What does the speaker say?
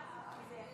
תודה רבה.